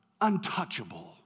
untouchable